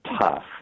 tough